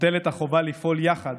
מוטלת החובה לפעול יחד